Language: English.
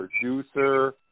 producer